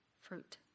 fruit